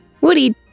Woody